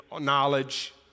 knowledge